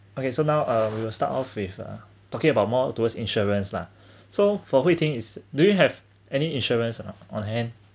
okay so now uh we will start off with uh talking about more towards insurance lah so for hui ting is do you have any insurance or not on hand